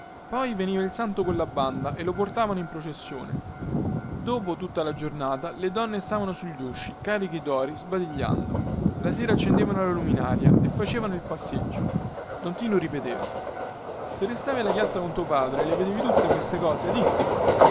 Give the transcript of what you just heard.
poi veniva il santo colla banda e lo portavano in processione dopo tutta la giornata le donne stavano sugli usci cariche dori sbadigliando la sera accendevano la luminaria e facevano il passeggio don tinu ripeteva se restavi alla chiatta con tuo padre le vedevi tutte queste cose di